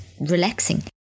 relaxing